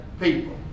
people